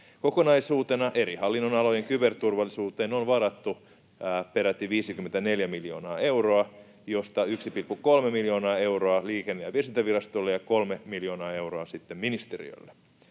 Kokonaisuutena eri hallinnonalojen kyberturvallisuuteen on varattu peräti 54 miljoonaa euroa, josta 1,3 miljoonaa euroa Liikenne‑ ja viestintävirastolle ja 3 miljoonaa euroa sitten ministeriölle.